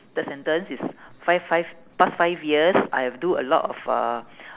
third sentence is five five past five years I've do a lot of uh